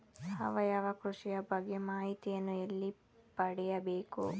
ಸಾವಯವ ಕೃಷಿಯ ಬಗ್ಗೆ ಮಾಹಿತಿಯನ್ನು ಎಲ್ಲಿ ಪಡೆಯಬೇಕು?